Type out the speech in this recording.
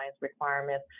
requirements